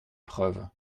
preuves